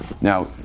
now